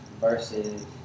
versus